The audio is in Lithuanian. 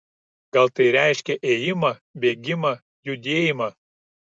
gal tai reiškia ėjimą bėgimą judėjimą